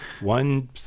one